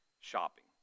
shopping